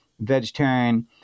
vegetarian –